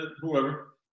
Whoever